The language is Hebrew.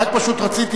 רק פשוט רציתי,